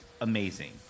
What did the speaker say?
amazing